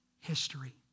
history